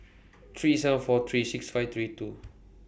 three seven four three six five three two